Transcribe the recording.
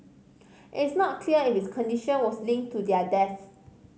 it is not clear if his condition was linked to their deaths